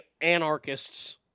anarchists